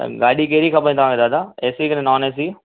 त गाॾी कहिड़ी खपे तव्हांखे दादा ए सी कीन नोन ए सी